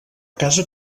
casa